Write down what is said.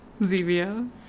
Zevia